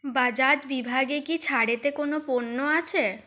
বাজাজ বিভাগে কি ছাড়েতে কোনও পণ্য আছে